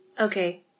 Okay